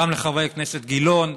גם לחבר הכנסת גילאון,